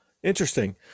interesting